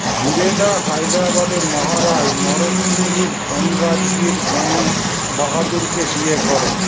জুবেদা হায়দ্রাবাদের মহারাজ নরসিংগীর ধনরাজগীর জ্ঞান বাহাদুরকে বিয়ে করেন